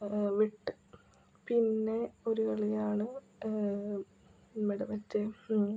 വെട്ട് പിന്നെ ഒരു കളിയാണ് നമ്മുടെ മറ്റെ